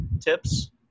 tips